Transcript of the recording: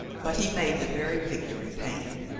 but he made the very victory pain.